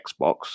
Xbox